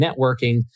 networking